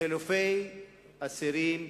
חילופי אסירים,